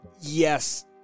Yes